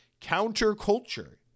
counterculture